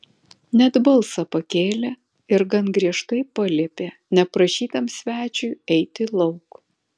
net balsą pakėlė ir gan griežtai paliepė neprašytam svečiui eiti lauk